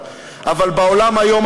אבל בעולם היום,